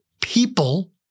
people